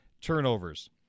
turnovers